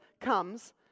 comes